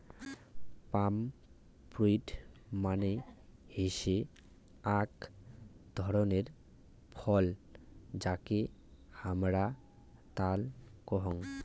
পাম fruit মানে হসে আক ধরণের ফল যাকে হামরা তাল কোহু